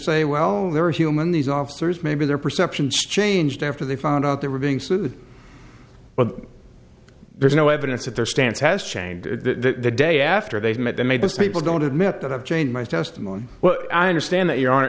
say well they're human these officers maybe their perceptions changed after they found out they were being sued but there's no evidence that their stance has changed the day after they met they made those people don't admit that i've changed my testimony well i understand that your hon